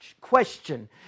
question